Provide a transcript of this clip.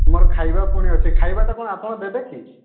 ମୋର ଖାଇବା ପୁଣି ଅଛି ଖାଇବାଟା କ'ଣ ଆପଣ ଦେବେ କି